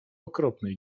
okropnej